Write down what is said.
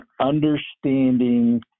understanding